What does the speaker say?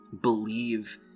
believe